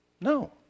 No